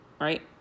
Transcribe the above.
right